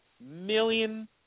million